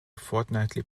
fortnightly